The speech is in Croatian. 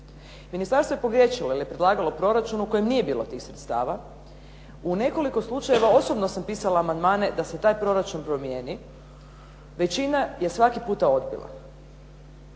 Ministarstvo je pogriješilo jer je predlagalo proračun u kojem nije bilo tih sredstava. U nekoliko slučajeva osobno sam pisala amandmane da se taj proračun promijeni, većina je svaki puta odbila.